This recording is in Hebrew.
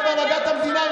להיות בהנהגת המדינה,